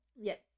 Yes